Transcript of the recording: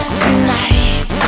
tonight